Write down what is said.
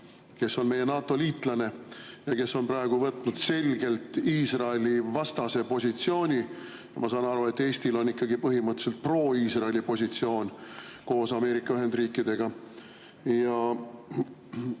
kes on meie NATO-liitlane ja kes on praegu võtnud selgelt Iisraeli-vastase positsiooni. Ma saan aru, et Eestil on ikkagi põhimõtteliselt pro-Iisraeli positsioon koos Ameerika Ühendriikidega.